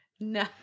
No